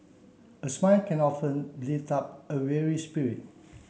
a smile can often lift up a weary spirit